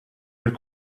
mill